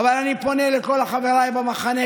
אבל היום אנחנו רואים פה מופע אימים